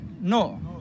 No